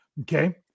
Okay